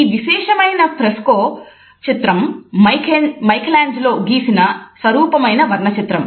ఈ విశేషమైన ఫ్రెస్కో చిత్రం మైఖేలాంజెలో గీసిన సరూపమైన వర్ణ చిత్రం